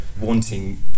wanting